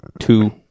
Two